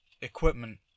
equipment